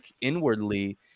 inwardly